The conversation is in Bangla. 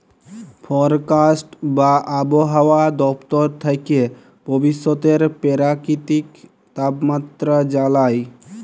ফরকাস্ট বা আবহাওয়া দপ্তর থ্যাকে ভবিষ্যতের পেরাকিতিক তাপমাত্রা জালায়